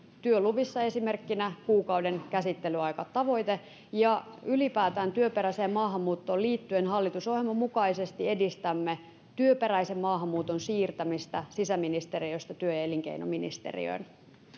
työluvissa esimerkkinä kuukauden käsittelyaikatavoite ja ylipäätään työperäiseen maahanmuuttoon liittyen hallitusohjelman mukaisesti edistämme työperäisen maahanmuuton siirtämistä sisäministeriöstä työ ja elinkeinoministeriöön